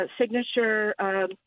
signature